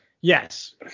yes